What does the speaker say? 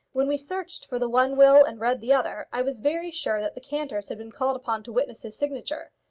when we searched for the one will and read the other, i was very sure that the cantors had been called upon to witness his signature.